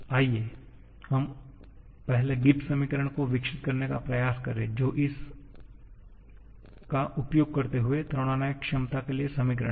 आइए हम पहले गिब्स समीकरण को विकसित करने का प्रयास करें जो इस का उपयोग करते हुए थर्मोडायनामिक क्षमता के लिए समीकरण है